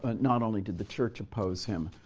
but not only did the church oppose him,